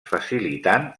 facilitant